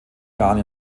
jahren